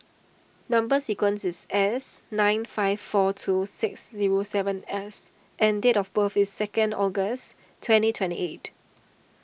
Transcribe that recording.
Number Sequence is S nine five four two six zero seven S and date of birth is second August twenty twenty eight